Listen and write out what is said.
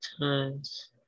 times